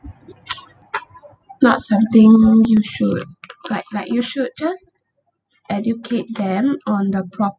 not something you should like like you should just educate them on the proper